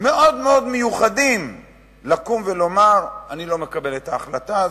מאוד מיוחדים לקום ולומר: אני לא מקבל את ההחלטה הזאת.